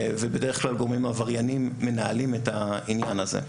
בדרך כלל גורמים עבריינים מנהלים את העניין הזה.